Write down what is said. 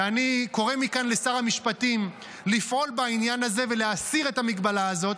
ואני קורא מכאן לשר המשפטים לפעול בעניין הזה ולהסיר את המגבלה הזאת.